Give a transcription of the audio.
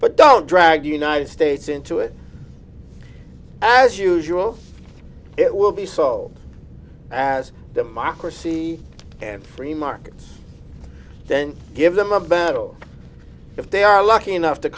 but don't drag the united states into it as usual it will be sold as democracy and free markets then give them a battle if they are lucky enough to